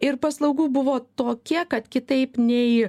ir paslaugų buvo tokia kad kitaip nei